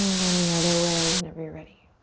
then the other way, whenever you're ready.